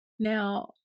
Now